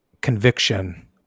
conviction